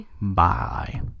Bye